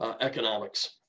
economics